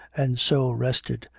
and so rested,